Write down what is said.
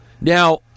Now